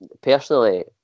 personally